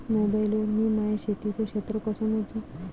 Mobile वर मी माया शेतीचं क्षेत्र कस मोजू?